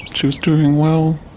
she was doing well